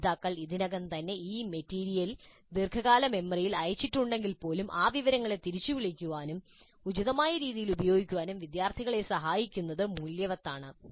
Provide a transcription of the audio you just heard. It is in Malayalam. പഠിതാക്കൾ ഇതിനകം തന്നെ ഈ മെറ്റീരിയൽ ദീർഘകാല മെമ്മറിയിൽ അയച്ചിട്ടുണ്ടെങ്കിൽപ്പോലും ആ വിവരങ്ങൾ തിരിച്ചുവിളിക്കാനും ഉചിതമായ രീതിയിൽ ഉപയോഗിക്കാനും വിദ്യാർത്ഥികളെ സഹായിക്കുന്നത് മൂല്യവത്താണ്